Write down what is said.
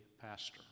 pastor